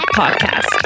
podcast